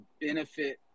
benefit